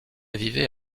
vivait